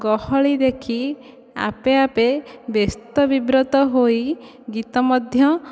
ଗହଳି ଦେଖି ଆପେ ଆପେ ବ୍ୟସ୍ତ ବିବ୍ରତ ହୋଇ ଗୀତ ମଧ୍ୟ